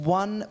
one